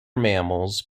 mammals